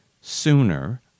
sooner